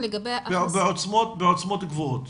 בעוצמות גבוהות.